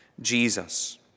Jesus